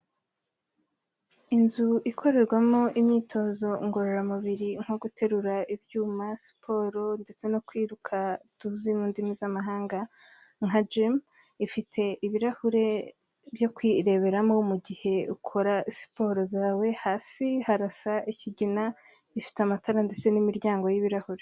Inzu ikorerwamo imyitozo ngororamubiri nko guterura ibyuma, siporo ndetse no kwiruka tuzi mu ndimi z'amahanga nka gym, ifite ibirahure byo kwireberamo mu gihe ukora siporo zawe, hasi harasa ikigina, ifite amatara ndetse n'imiryango y'ibirahuri.